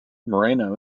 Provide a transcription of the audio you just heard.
moreno